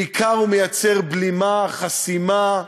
בעיקר הוא מייצר בלימה, חסימה,